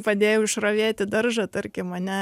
padėjau išravėti daržą tarkim ane